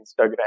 Instagram